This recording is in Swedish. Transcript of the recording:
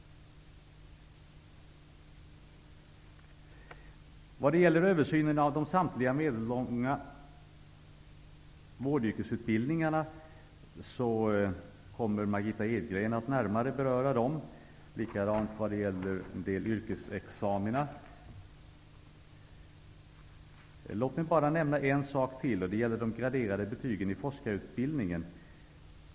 Vad gäller översynen av samtliga medellånga vårdutbildningar, kommer Margitta Edgren att närmare beröra den frågan. Detsamma gäller en del yrkesexamina. åt mig bara nämna en sak till, och det gäller de graderade betygen i forskarutbildningen.